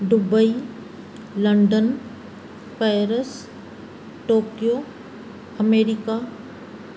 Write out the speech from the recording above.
Dubai London Paris Tokyo America